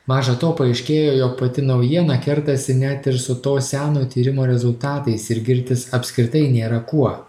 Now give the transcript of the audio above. maža to paaiškėjo jog pati naujiena kertasi net ir su to senojo tyrimo rezultatais ir girtis apskritai nėra kuo